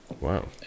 Wow